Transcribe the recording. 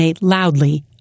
loudly